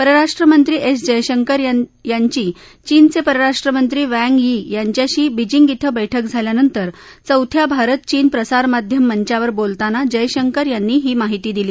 परराष्ट्रमंत्री एस जयशंकर यांची चीनचे परराष्ट्रमंत्री वँग यी यांच्याशी बीजिंग इथं बळ्क झाल्यानंतर चौथ्या भारत चीन प्रसारमाध्यम मंचावर बोलताना जयशंकर यांनी ही माहिती दिली